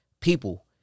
people